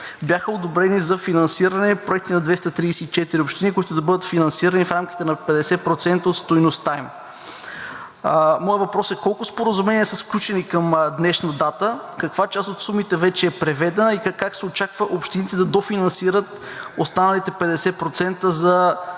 Бяха одобрени за финансиране проекти на 234 общини, които да бъдат финансирани в рамките на 50% от стойността им. Моят въпрос е: колко споразумения са сключени към днешна дата? Каква част от сумата вече е преведена? Как се очаква общините да дофинансират останалите 50% за